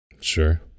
Sure